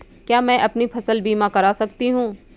क्या मैं अपनी फसल बीमा करा सकती हूँ?